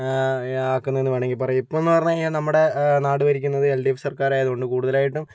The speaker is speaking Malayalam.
ആക്കുന്നതെന്ന് വേണമെങ്കിൽ പറയാം ഇപ്പോഴെന്ന് പറഞ്ഞ് കഴിഞ്ഞാൽ നമ്മുടെ നാട് ഭരിക്കുന്നത് എൽ ഡി എഫ് സർക്കാരായത് കൊണ്ട് കൂടുതലായിട്ടും